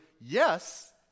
yes